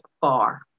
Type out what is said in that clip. far